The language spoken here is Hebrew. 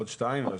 עוד שתיים.